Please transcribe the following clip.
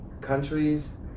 countries